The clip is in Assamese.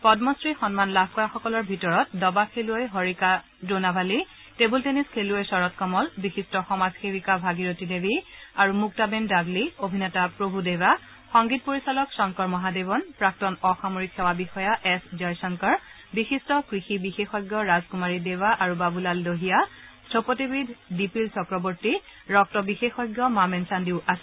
পদ্মশ্ৰী সন্মান লাভ কৰা সকলক ভিতৰত ডবা খেলুৱৈ হৰিকা দ্ৰোণাভালি টেবুল টেনিছ খেলুৱৈ শৰৎ কমল বিশিষ্ট সমাজ সেৱিকা ভগীৰতি দেৱী আৰু মুক্তাবেণ দাগলী অভিনেতা প্ৰভুদেৱা সংগীত পৰিচালক শংকৰ মহাদেৱন প্ৰাক্তন অসামৰিক সেৱা বিষয়া এছ জয়শংকৰ বিশিষ্ট কৃষি বিশেষজ্ঞ ৰাজকুমাৰী দেৱা আৰু বাবুলাল দহিয়া স্থপতিবিদ দীপিল চক্ৰৱৰ্তী ৰক্ত বিশেষজ্ঞ মামেন চাণ্ডিও আছে